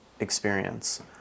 Experience